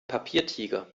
papiertiger